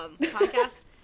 podcasts